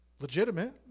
legitimate